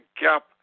gap